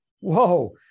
whoa